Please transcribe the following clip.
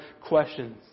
questions